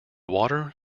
water